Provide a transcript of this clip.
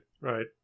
right